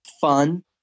fun